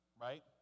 right